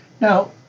Now